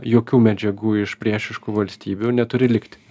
jokių medžiagų iš priešiškų valstybių neturi likti